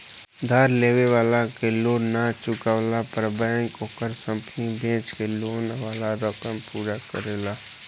उधार लेवे वाला के लोन ना चुकवला पर बैंक ओकर संपत्ति बेच के लोन वाला रकम पूरा करेला